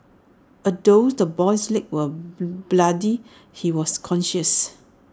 although the boy's legs were bloodied he was conscious